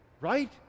right